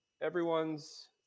everyone's